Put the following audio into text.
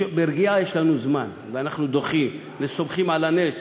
ברגיעה יש לנו זמן, ואנחנו דוחים וסומכים על הנס.